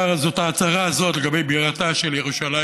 זאת ההצהרה הזאת לגבי הבירה ירושלים.